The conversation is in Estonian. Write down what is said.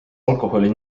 alkoholi